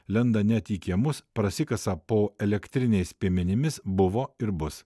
lenda net į kiemus prasikasa po elektriniais piemenimis buvo ir bus